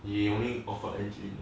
he only offered engin